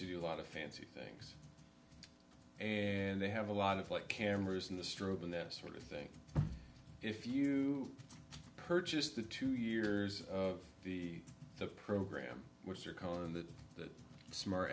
purchase a lot of fancy things and they have a lot of like cameras in the strobe and that sort of thing if you purchased the two years of the the program which you're calling the smart